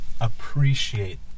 appreciate